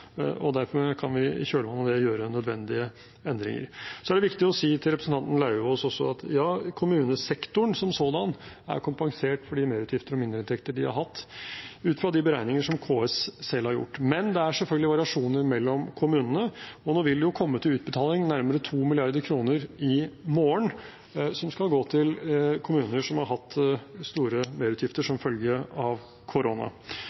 og i kjølvannet av det kan vi gjøre nødvendige endringer. Det er også viktig å si til representanten Lauvås at ja, kommunesektoren som sådan er kompensert for de merutgifter og mindreinntekter de har hatt, ut fra de beregninger som KS selv har gjort. Men det er selvfølgelig variasjoner mellom kommunene, og i morgen vil det komme til utbetaling nærmere 2 mrd. kr som skal gå til kommuner som har hatt store merutgifter som følge av korona.